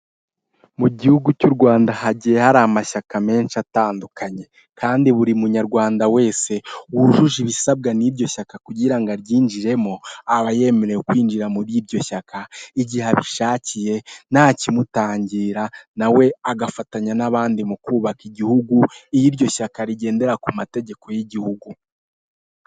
Mu gihugu cy'u Rwanda hagiye hari amashyaka menshi atandukanye. Kandi buri munyarwanda wese wujuje ibisabwa n'iryo shyaka kugira ngo aryinjiremo, aba yemerewe kwinjira muri iryo shyaka igihe abishakiye ntakimutangira nawe agafatanya n'abandi mu kubaka igihugu iyo iryo shyaka rigendera ku mategeko y'igihugu.